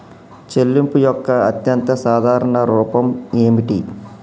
చెల్లింపు యొక్క అత్యంత సాధారణ రూపం ఏమిటి?